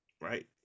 Right